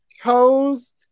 chose